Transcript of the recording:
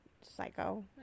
Psycho